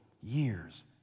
years